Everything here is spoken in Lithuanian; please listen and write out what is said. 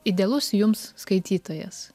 idealus jums skaitytojas